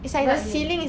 what do you mean